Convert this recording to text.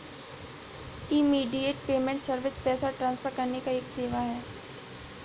immediate payment service पैसा transfer करने का एक सेवा है